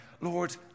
Lord